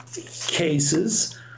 cases